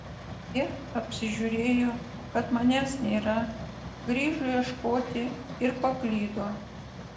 jie apsižiūrėjo kad manęs nėra grįžo ieškoti ir paklydo